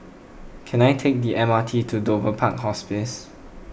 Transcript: can I take the M R T to Dover Park Hospice